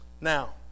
Now